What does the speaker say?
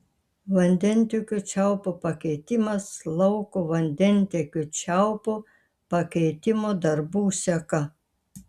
vandentiekio čiaupo pakeitimas lauko vandentiekio čiaupo pakeitimo darbų seka